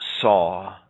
saw